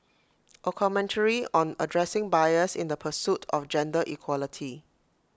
A commentary on addressing bias in the pursuit of gender equality